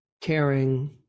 caring